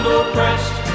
oppressed